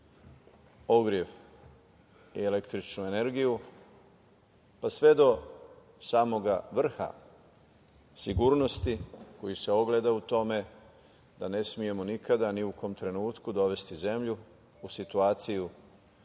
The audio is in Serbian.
ogrev i električnu energiju, pa sve do samog vrha sigurnosti koji se ogleda u tome da ne smemo nikada ni u kom trenutku dovesti zemlju u situaciju